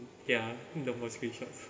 ya the more screenshots